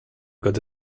got